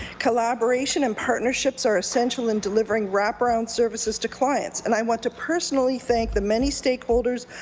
collaboration and partnerships are essential in delivering wrap around services to client and i want to personally thank the many stakeholders,